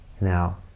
Now